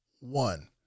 one